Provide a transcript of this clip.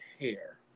hair